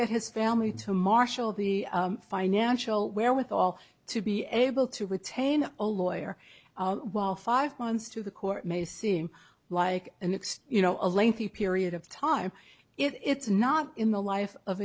get his family to marshal the financial wherewithal to be able to retain a lawyer while five months to the court may seem like an excuse no a lengthy period of time it's not in the life of